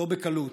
לא בקלות,